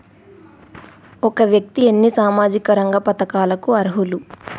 ఒక వ్యక్తి ఎన్ని సామాజిక రంగ పథకాలకు అర్హులు?